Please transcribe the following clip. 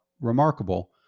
remarkable